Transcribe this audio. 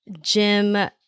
Jim